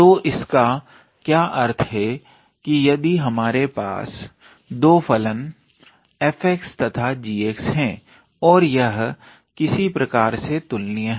तो इसका क्या अर्थ है कि यदि हमारे पास 2 फलन f तथा g हैं और यह किसी प्रकार से तुलनीय है